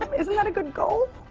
isn't that a good goal?